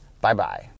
Bye-bye